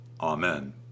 Amen